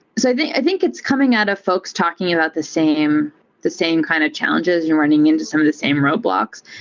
so i think it's coming out of folks talking about the same the same kind of challenges and running into some of the same roadblocks.